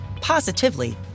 positively